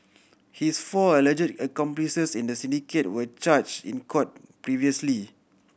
his four alleged accomplices in the syndicate were charged in court previously